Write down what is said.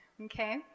okay